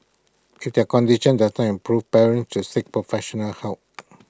if their condition does not improve parents should seek professional help